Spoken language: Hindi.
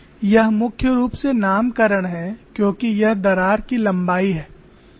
यह मुख्य रूप से नामकरण है क्योंकि यह दरार की लंबाई है